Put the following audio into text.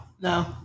No